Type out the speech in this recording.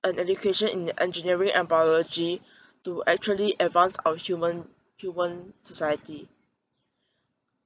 an education in engineering and biology to actually advance our human human society